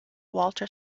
walter